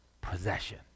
possession